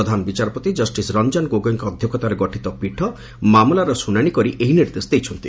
ପ୍ରଧାନ ବିଚାରପତି କଷ୍ଟିସ ରଞ୍ଜନ ଗୋଗୋଇଙ୍କ ଅଧ୍ୟକ୍ଷତାରେ ଗଠିତ ପୀଠ ମାମଲାର ଶୁଣାଶି କରି ଏହି ନିର୍ଦ୍ଦେଶ ଦେଇଛନ୍ତି